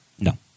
No